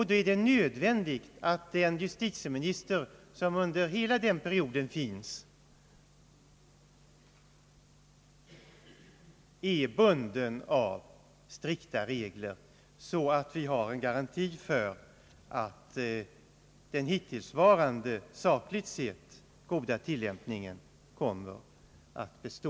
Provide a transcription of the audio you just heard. Det är nödvändigt att även en annan justitieminister än den nuvarande känner sig bunden av strikta regler så att vi får en garanti för att den hittillsvarande sakligt sett goda tillämpningen kommer att bestå.